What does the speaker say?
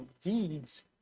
deeds